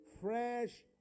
Fresh